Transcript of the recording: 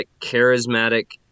charismatic